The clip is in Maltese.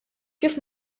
kif